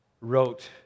wrote